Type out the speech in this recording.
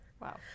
Wow